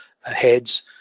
heads